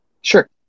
Sure